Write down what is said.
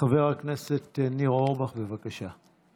חבר הכנסת ניר אורבך, בבקשה.